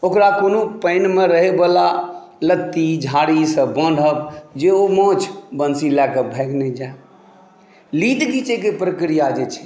ओकरा कोनो पानिमे रहयवला लत्ती झाड़ीसं बान्हब जे ओ माछ बंसी लए कऽ भागि नहि जाय लीड घीचयके प्रक्रिया जे छै